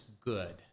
good